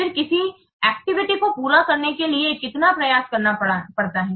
फिर किसी एक्टिविटी को पूरा करने के लिए कितना प्रयास करना पड़ता है